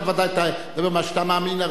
אתה בוודאי תדבר מה שאתה מאמין.